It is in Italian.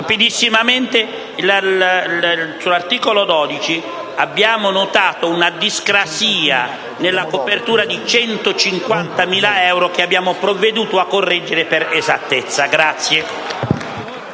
Presidente, sull'articolo 12 abbiamo notato una discrasia nella copertura di 150.000 euro, che abbiamo provveduto a correggere per esattezza.